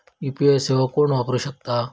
UPI सेवा कोण वापरू शकता?